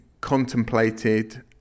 contemplated